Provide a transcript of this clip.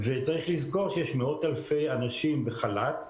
צריך לזכור שיש מאות אלפי אנשים בחל"ת,